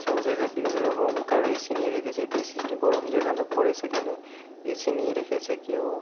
সব জায়গায় বিভিন্ন রকম কারোর এসি নিয়ে রেখেছে বেশি একটু গরম যেখানে পড়ে সেখানে এসি নিয়ে রেখেছে কেউ